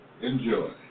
enjoy